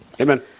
Amen